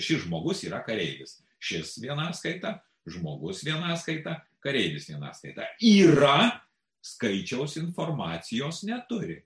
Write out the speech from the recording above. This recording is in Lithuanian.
šis žmogus yra kareivis šis vienaskaita žmogusvienaskaita kareivis vienaskaita yra skaičiaus informacijos neturi